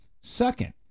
Second